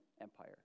Empire